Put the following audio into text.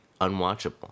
unwatchable